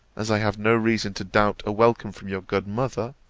as i have no reason to doubt a welcome from your good mother,